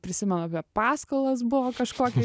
prisimenu apie paskolas buvo kažkokią